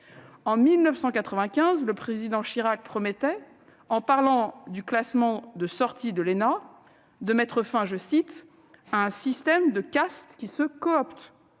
En 1995, le Président Chirac promettait, en parlant du classement de sortie de l'ENA, de mettre fin à « une caste qui se coopte ».